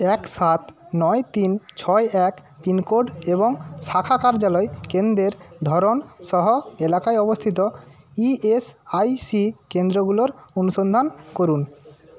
এক সাত নয় তিন ছয় এক পিনকোড এবং শাখা কার্যালয় কেন্দ্রের ধরণসহ এলাকায় অবস্থিত ইএসআইসি কেন্দ্রগুলোর অনুসন্ধান করুন